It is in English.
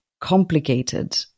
complicated